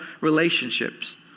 relationships